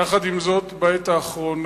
יחד עם זאת, בעת האחרונה,